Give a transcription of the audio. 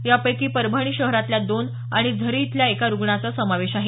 यापैकी परभणी शहरातल्या दोन आणि झरी इथल्या एका रुग्णाचा समावेश आहे